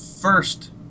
first